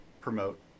promote